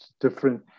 different